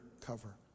cover